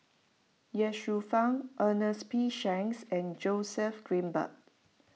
Ye Shufang Ernest P Shanks and Joseph Grimberg